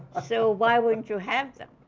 so, why wouldn't you have them?